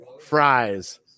fries